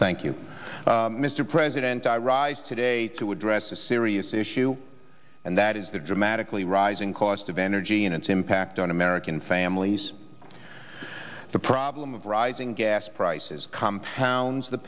thank you mr president i rise today to address a serious issue and that is the dramatically rising cost of energy and its impact on american families the problem of rising gas prices compounds the